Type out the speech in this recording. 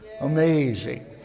Amazing